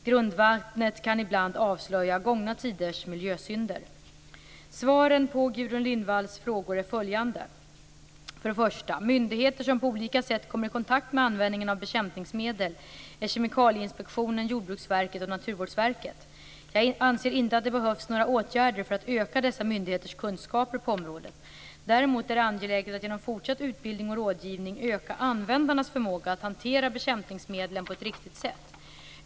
Grundvattnet kan ibland avslöja gångna tiders miljösynder. Svaren på Gudrun Lindvalls frågor är följande. För det första. Myndigheter som på olika sätt kommer i kontakt med användningen av bekämpningsmedel är Kemikalieinspektionen, Jordbruksverket och Naturvårdsverket. Jag anser inte att det behövs några åtgärder för att öka dessa myndigheters kunskaper på området. Däremot är det angeläget att genom fortsatt utbildning och rådgivning öka användarnas förmåga att hantera bekämpningsmedlen på ett riktigt sätt.